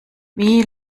wie